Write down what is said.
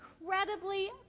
incredibly